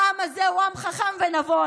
העם הזה הוא עם חכם ונבון.